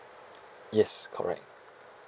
yes correct